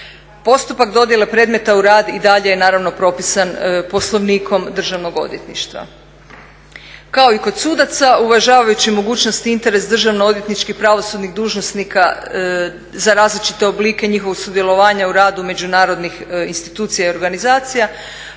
Postupak dodjele predmeta u rad i dalje je naravno propisan poslovnikom državnog odvjetništva. Kao i kod sudaca, uvažavajući mogućnost i interes državno odvjetničkih i pravosudnih dužnosnika za različite oblike njihova sudjelovanja u radu međunarodnih institucija i organizacija,